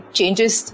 Changes